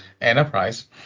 enterprise